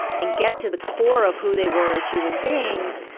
and get to the core of who they were as human beings,